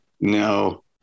no